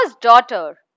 daughter